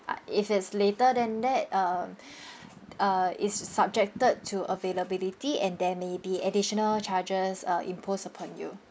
uh if it's later than that um uh it's subjected to availability and there may be additional charges uh imposed upon you